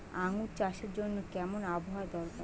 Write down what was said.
আঙ্গুর চাষের জন্য কেমন আবহাওয়া দরকার?